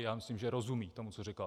Já myslím, že rozumí tomu, co říkal.